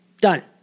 Done